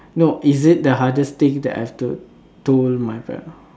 no is it the hardest thing that I've told to my parents